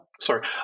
Sorry